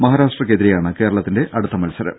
മഹാരാഷ്ട്രക്കെതിരെയാണ് കേരളത്തിന്റെ അടുത്ത മത്സരം